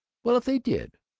well, if they did,